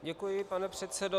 Děkuji, pane předsedo.